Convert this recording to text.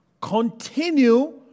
Continue